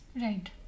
right